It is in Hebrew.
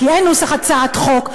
כי אין נוסח הצעת חוק.